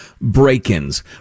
break-ins